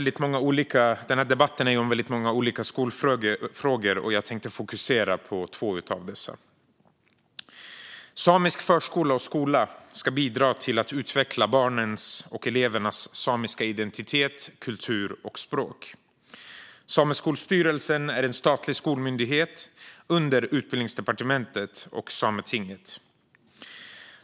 Den här debatten handlar om många olika skolfrågor. Jag tänkte fokusera på två av dessa. Samisk förskola och skola ska bidra till att utveckla barnens och elevernas samiska identitet, kultur och språk. Sameskolstyrelsen är en statlig skolmyndighet under Utbildningsdepartementet och Sametinget.